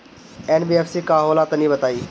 NBFC का होला तनि बताई?